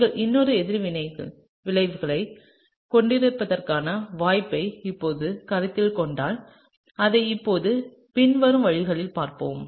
நீங்கள் இன்னொரு எதிர்வினை விளைவைக் கொண்டிருப்பதற்கான வாய்ப்பை இப்போது கருத்தில் கொண்டால் அதை இப்போது பின்வரும் வழியில் பார்ப்போம்